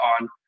on